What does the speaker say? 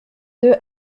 deux